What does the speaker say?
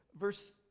verse